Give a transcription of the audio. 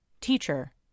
Teacher